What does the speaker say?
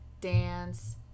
dance